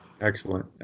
Excellent